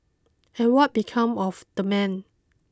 and what become of the man